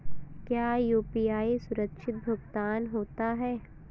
क्या यू.पी.आई सुरक्षित भुगतान होता है?